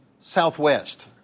southwest